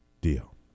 Deal